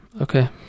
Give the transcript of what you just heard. Okay